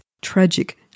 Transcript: tragic